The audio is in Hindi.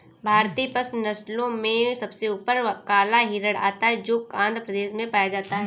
भारतीय पशु नस्लों में सबसे ऊपर काला हिरण आता है जो आंध्र प्रदेश में पाया जाता है